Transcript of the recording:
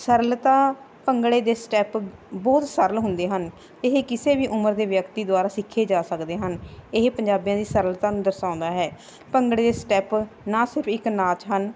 ਸਰਲਤਾ ਭੰਗੜੇ ਦੇ ਸਟੈਪ ਬਹੁਤ ਸੱਰਲ ਹੁੰਦੇ ਹਨ ਇਹ ਕਿਸੇ ਵੀ ਉਮਰ ਦੇ ਵਿਅਕਤੀ ਦੁਆਰਾ ਸਿੱਖੇ ਜਾ ਸਕਦੇ ਹਨ ਇਹ ਪੰਜਾਬੀਆਂ ਦੀ ਸਰਲਤਾ ਨੂੰ ਦਰਸਾਉਂਦਾ ਹੈ ਭੰਗੜੇ ਸਟੈਪ ਨਾ ਸਿਰਫ ਇੱਕ ਨਾਚ ਹਨ